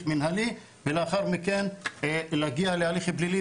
מנהלי ולאחר מכן להגיע להליך פלילי,